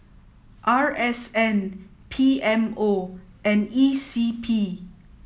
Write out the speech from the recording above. R S N P M O and E C P